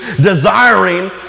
desiring